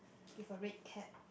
you have a red cap